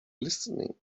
listening